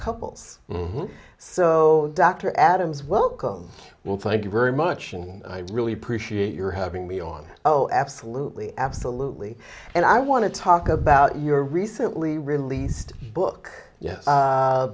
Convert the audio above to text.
couples so dr adams welcome well thank you very much and i really appreciate your having me on oh absolutely absolutely and i want to talk about your recently released book ye